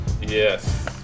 Yes